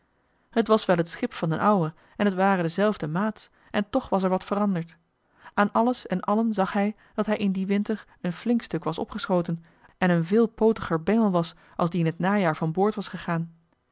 het was wel het schip van d'n ouwe en t ware dezelfde maats en toch was er wat veranderd aan alles en allen zag hij dat hij in dien winter een flink stuk was opgeschoten en een veel pootiger bengel was als die in t najaar van boord was gegaan